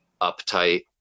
uptight